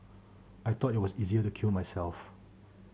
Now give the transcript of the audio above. I thought it was easier to kill myself